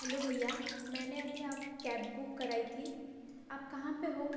hello भैया मैंने अभी आप कैब बुक कराई थी आप कहाँ पे हो